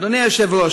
אדוני היושב-ראש,